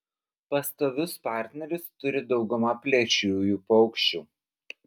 pastovius partnerius turi dauguma plėšriųjų paukščių